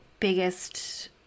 biggest